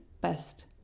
best